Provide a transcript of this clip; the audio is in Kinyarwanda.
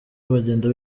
bagenda